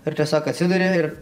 ir tiesiog atsiduri ir